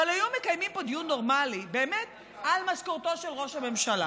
אבל אם היו מקיימים פה דיון נורמלי על משכורתו של ראש הממשלה,